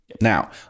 now